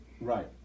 Right